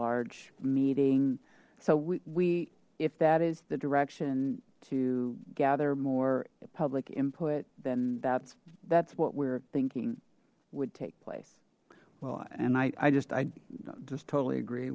large meeting so we if that is the direction to gather more public input then that's that's what we're thinking would take place well and i just i just totally agree